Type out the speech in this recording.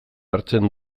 hartzen